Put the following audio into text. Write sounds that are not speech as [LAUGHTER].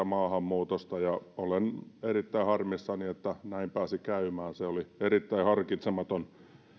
[UNINTELLIGIBLE] maahanmuutosta ja olen erittäin harmissani että näin pääsi käymään se oli erittäin harkitsematon